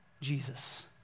Jesus